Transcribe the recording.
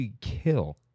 kill